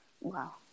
wow